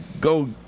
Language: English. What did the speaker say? go